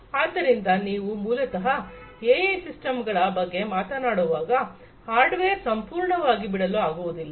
ಆದ್ದರಿಂದ ನೀವು ಮೂಲತಹ ಎಐ ಸಿಸ್ಟಂಗಳ ಬಗ್ಗೆ ಮಾತನಾಡುವಾಗ ಹಾರ್ಡ್ವೇರ್ ಸಂಪೂರ್ಣವಾಗಿ ಬಿಡಲು ಆಗುವುದಿಲ್ಲ